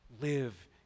live